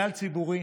במינהל ציבורי,